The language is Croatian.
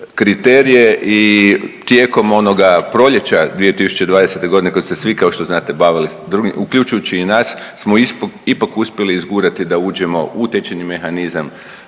kriterije i tijekom onoga proljeća 2020.g. kad su se svi kao što znate bavili drugim, uključujući i nas, smo ipak uspjeli izgurati da uđemo u tečajni mehanizam